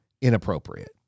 inappropriate